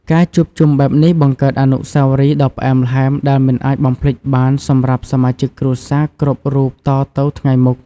ការជួបជុំបែបនេះបង្កើតអនុស្សាវរីយ៍ដ៏ផ្អែមល្ហែមដែលមិនអាចបំភ្លេចបានសម្រាប់សមាជិកគ្រួសារគ្រប់រូបតទៅថ្ងៃមុខ។